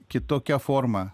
kitokia forma